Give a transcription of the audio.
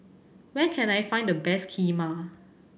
where can I find the best Kheema